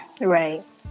Right